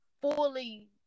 Fully